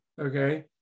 Okay